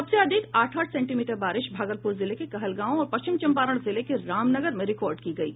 सबसे अधिक आठ आठ सेंटीमीटर बारिश भागलपुर जिले के कहलगांव और पश्चिम चम्पारण जिले के रामनगर में रिकॉर्ड की गयी